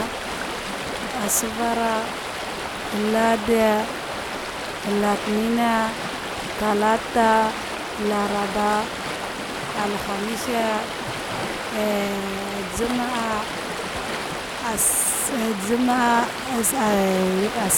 asavara, ladi, latinene, talata, laraba, alhamise, jama'ah, jama asque ah.